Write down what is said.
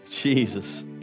Jesus